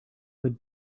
could